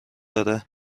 داره